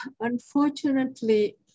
Unfortunately